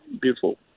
beautiful